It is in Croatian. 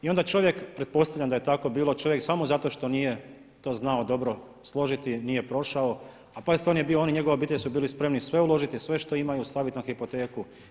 I onda čovjek, pretpostavljam da je tako bilo, čovjek samo zato što nije to znao dobro složiti, nije prošao a pazite on je bio, on i njegova obitelj su bili spremni sve uložiti, sve što imaju i staviti na hipoteku.